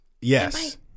Yes